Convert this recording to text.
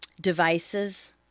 devices